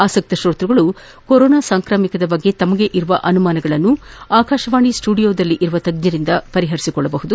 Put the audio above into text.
ಆಸಕ್ತ ಶೋತ್ವಗಳು ಕೊರೊನಾ ಸಾಂಕ್ರಾಮಿಕದ ಬಗ್ಗೆ ತಮಗೆ ಇರುವ ಸಂದೇಹಗಳನ್ನು ಆಕಾಶವಾಣಿ ಸ್ಸುದಿಯೋದಲ್ಲಿ ಇರುವ ತಜ್ಞರಿಂದ ಪರಿಹರಿಸಿಕೊಳ್ಳಬಹುದು